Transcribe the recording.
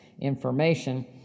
information